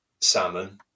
salmon